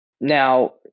Now